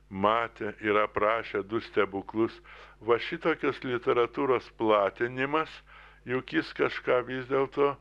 matė ir aprašė du stebuklus va šitokios literatūros platinimas juk jis kažką vis dėlto